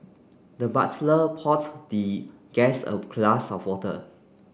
the butler poured the guest a glass of water